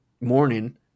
morning